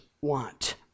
want